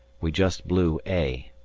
we just blew a.